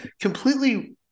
completely